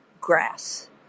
grass